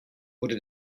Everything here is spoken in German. wurde